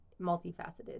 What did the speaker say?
multifaceted